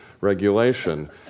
regulation